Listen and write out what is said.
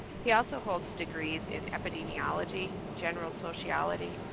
he also holds degrees in epidemiology, general sociality,